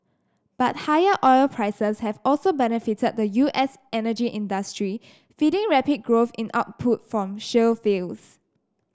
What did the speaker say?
but higher oil prices have also benefited the U S energy industry feeding rapid growth in output from shale fields